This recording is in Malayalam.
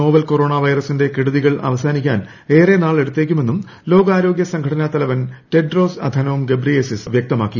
നൊവൽ കൊറോണ വൈറസിന്റെ കെടുതികൾ അവസാനിക്കാൻ ഏറെ നാൾ എടുത്തേക്കുമെന്നും ലോകാരോഗ്യ സംഘടനാ തലവൻ ടെഡ്രോസ് അഥനോം ഗെബ്രിയേസിസ് വൃക്തമാക്കി